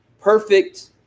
Perfect